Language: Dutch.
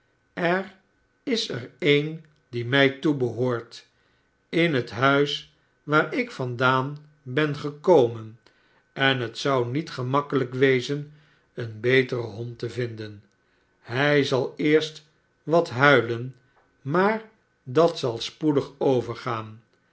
er is er een die mij toebehoort in het huis waar ik vandaan ben gekomen en het zou niet gemakkelrjk wezen een beteren hond te vinden hij zal eerst wat huilen maar dat zal spoedig overgaan